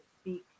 speak